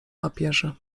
papierze